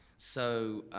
so,